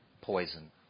poison